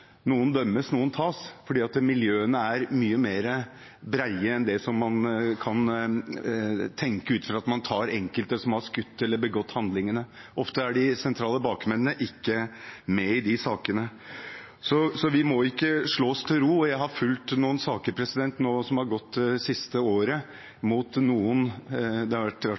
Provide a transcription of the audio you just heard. man tror når man har tatt enkelte som har skutt eller begått handlinger. Ofte er de sentrale bakmennene ikke med i de sakene. Vi må ikke slå oss til ro. Jeg har fulgt noen saker som har gått det siste året mot noen av de